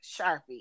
sharpie